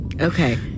Okay